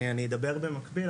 אני אדבר במקביל,